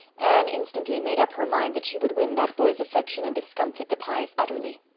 anne instantly made up her mind that she would win that boy's affection and discomfit the pyes utterly.